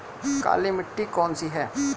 काली मिट्टी कौन सी है?